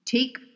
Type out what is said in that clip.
Take